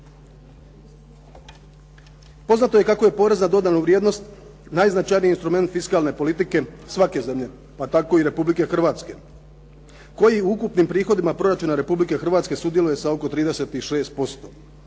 Poznato je kako je porez na dodanu vrijednost najznačajniji instrument fiskalne politike svake zemlje pa tako i Republike Hrvatske koji u ukupnim prihodima proračuna Republike Hrvatske sudjeluje sa oko 36%.